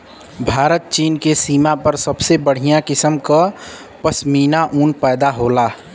भारत चीन के सीमा पर सबसे बढ़िया किसम क पश्मीना ऊन पैदा होला